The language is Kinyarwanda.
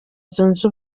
zunze